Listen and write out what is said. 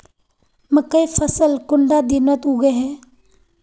मकई फसल कुंडा दिनोत उगैहे?